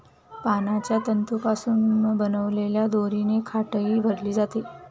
पानांच्या तंतूंपासून बनवलेल्या दोरीने खाटही भरली जाते